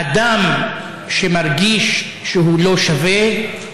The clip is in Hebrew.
אדם שמרגיש שהוא לא שווה,